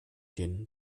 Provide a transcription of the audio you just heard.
den